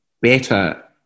better